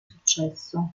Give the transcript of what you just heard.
successo